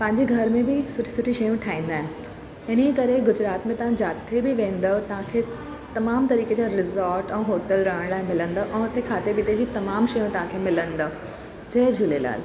पंहिंजे घर में बि सुठी सुठी शयूं ठाहींदा आहिनि हिन ई करे गुजरात में तव्हां जिते बि वेंदव तव्हांखे तमामु तरीक़े जा रिसोर्ट ऐं होटल रहणु लाइ मिलंदो ऐं हुते खाधे पीते जी तमामु शयूं तव्हांखे मिलंदव जय झूलेलाल